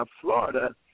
Florida